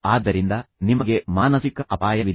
ಆದ್ದರಿಂದ ನಿಮಗೆ ಮಾನಸಿಕ ಅಪಾಯವಿದೆ